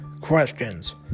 questions